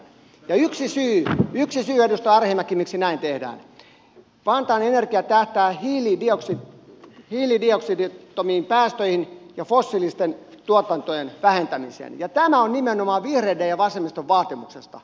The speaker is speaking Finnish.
yksi syy edustaja arhinmäki miksi näin tehdään on se että vantaan energia tähtää hiilidioksidittomiin päästöihin ja fossiilisten tuotantojen vähentämiseen ja tämä on nimenomaan vihreiden ja vasemmiston vaatimuksesta